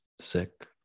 sick